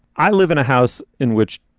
i live in a house in which,